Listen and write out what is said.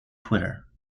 twitter